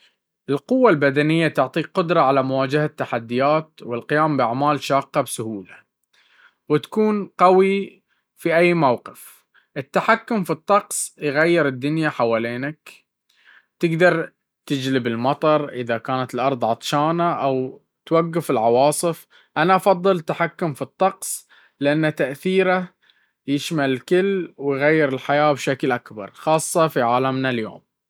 القوة البدنية تعطيك قدرة على مواجهة التحديات والقيام بأعمال شاقة بسهولة، وتكون قوي في أي موقف. التحكم في الطقس يغير الدنيا حواليك، تقدر تجلب المطر إذا كانت الأرض عطشانة أو توقف العواصف. أنا أفضل التحكم في الطقس، لأن تأثيره يشمل الكل ويغير الحياة بشكل أكبر، خاصة في عالمنا اليوم.